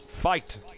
Fight